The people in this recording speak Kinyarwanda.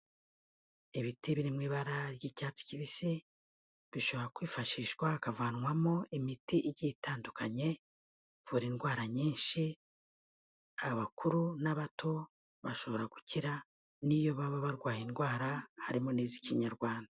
Ibiti biri mu ibara ry'icyatsi kibisi bishobora kwifashishwa, hakavanwamo imiti igiye itandukanye, ivura indwara nyinshi, abakuru n'abato bashobora gukira n'iyo baba barwaye indwara harimo n'iz'Ikinyarwanda.